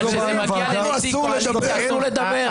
אבל כשזה מגיע לנציג קואליציה אסור לדבר.